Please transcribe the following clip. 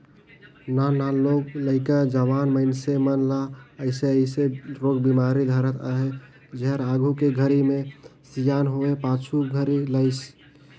नान नान लोग लइका, जवान मइनसे मन ल अइसे अइसे रोग बेमारी धरत अहे जेहर आघू के घरी मे सियान होये पाछू धरे लाइस